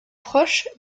proche